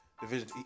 Division